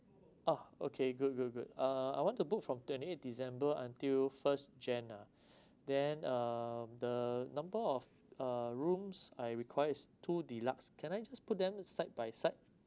oh okay good good good uh I want to book from twenty eight december until first jan ah then uh the number of uh rooms I require is two deluxe can I just put them side by side